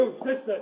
Sister